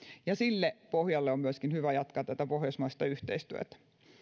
ja sille pohjalle on myöskin hyvä jatkaa tätä pohjoismaista yhteistyötä